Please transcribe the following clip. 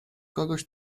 kogoś